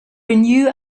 renew